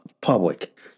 public